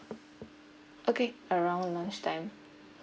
okay around lunch time